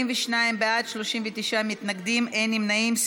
42 בעד, 39 מתנגדים ואין נמנעים.